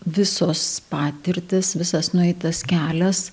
visos patirtys visas nueitas kelias